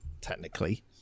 technically